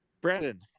Brandon